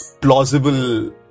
plausible